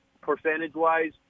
percentage-wise